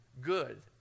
good